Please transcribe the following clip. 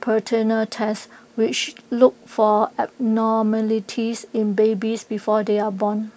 prenatal tests which look for abnormalities in babies before they are born